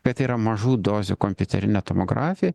kad yra mažų dozių kompiuterinė tomografija